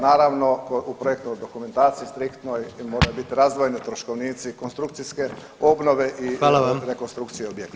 Naravno, u projektnoj dokumentaciji striktnoj mora biti razdvojeni troškovnici konstrukcijske obnove i rekonstrukcije objekta.